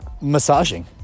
massaging